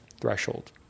threshold